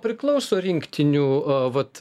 priklauso rinktinių vat